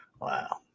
Wow